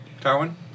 Darwin